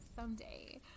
someday